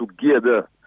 together